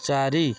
ଚାରି